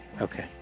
okay